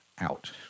out